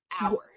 Hours